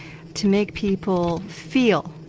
to make people feel.